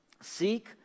seek